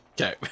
okay